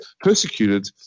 persecuted